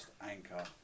anchor